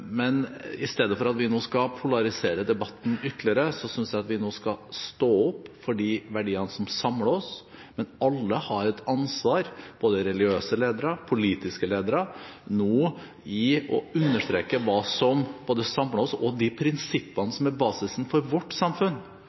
I stedet for at vi nå skal polarisere debatten ytterligere, synes jeg vi skal stå opp for de verdiene som samler oss. Men alle har et ansvar – både religiøse ledere og politiske ledere – for å understreke hva som samler oss, og hvilke prinsipper som er basis for vårt samfunn.